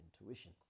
intuition